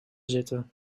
zitten